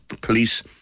Police